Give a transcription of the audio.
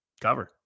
cover